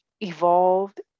evolved